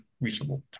reasonable